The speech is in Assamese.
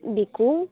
বিকোঁ